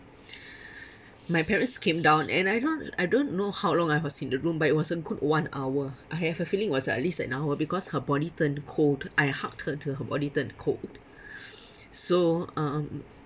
my parents came down and I don't I don't know how long I was in the room but it wasn't could one hour I have a feeling was at least an hour because her body turned cold I hugged her till her body turned cold so um